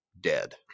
dead